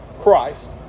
Christ